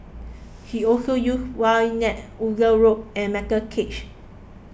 he also uses wide nets wooden rod and metal cages